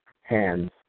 hands